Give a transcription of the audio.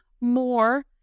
more